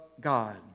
God